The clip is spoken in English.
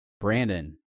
Brandon